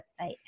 website